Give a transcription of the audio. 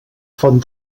font